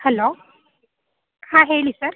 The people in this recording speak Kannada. ಹಲೋ ಹಾಂ ಹೇಳಿ ಸರ್